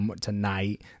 tonight